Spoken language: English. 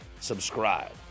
subscribe